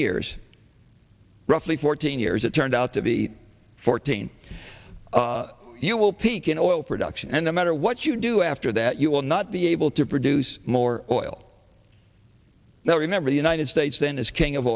years roughly fourteen years it turned out to be fourteen you will peak in oil production and no matter what you do after that you will not be able to produce more oil now remember the united states then is king of